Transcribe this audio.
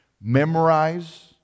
Memorize